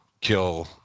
kill